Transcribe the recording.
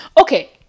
Okay